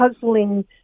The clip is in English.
puzzling